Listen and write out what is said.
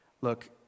Look